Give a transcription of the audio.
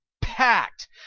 packed